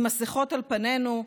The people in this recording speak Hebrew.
עם מסכות על פנינו,